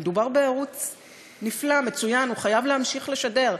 מדובר בערוץ נפלא, מצוין, הוא חייב להמשיך לשדר.